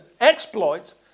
exploits